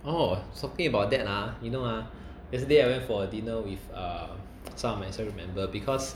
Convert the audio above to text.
oh talking about that ah you know ah yesterday I went for uh dinner with some of my cell group member because